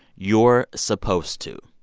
you're supposed to.